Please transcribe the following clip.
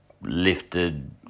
lifted